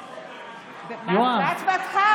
יואב, מה הצבעת?